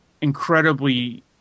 incredibly